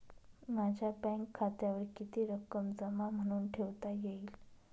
माझ्या बँक खात्यावर किती रक्कम जमा म्हणून ठेवता येईल?